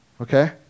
Okay